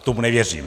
Tomu nevěřím.